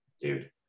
Dude